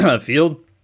field